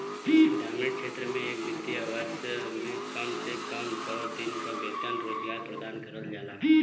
ग्रामीण क्षेत्र में एक वित्तीय वर्ष में कम से कम सौ दिन क वेतन रोजगार प्रदान करल जाला